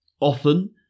often